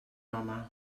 home